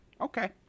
Okay